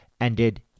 ended